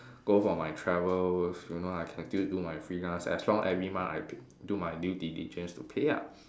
go for my travels you know I still can do my freelance as long every month I p~ do my due diligence to pay ah